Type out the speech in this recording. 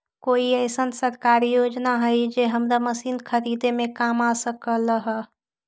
कोइ अईसन सरकारी योजना हई जे हमरा मशीन खरीदे में काम आ सकलक ह?